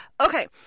Okay